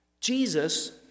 Jesus